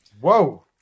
whoa